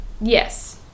Yes